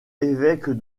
évêque